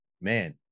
man